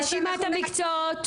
רשימת המקצועות.